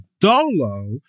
dolo